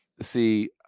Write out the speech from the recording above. See